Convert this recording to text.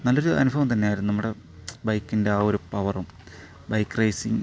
നല്ലൊരു അനുഭവം തന്നെയായിരുന്നു നമ്മുടെ ബൈക്കിൻ്റെ ആ ഒരു പവറും ബൈക്ക് റേസിങ്